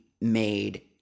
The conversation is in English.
made